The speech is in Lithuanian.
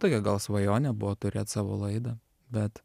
tokia gal svajonė buvo turėt savo laidą bet